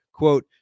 Quote